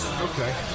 Okay